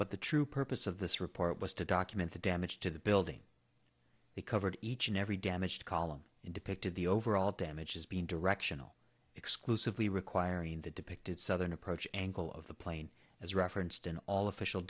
but the true purpose of this report was to document the damage to the building they covered each and every damaged column in depicted the overall damage has been directional exclusively requiring the depicted southern approach angle of the plane as referenced in all official